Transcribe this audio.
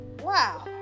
wow